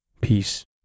peace